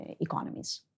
economies